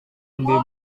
lebih